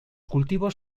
cultivos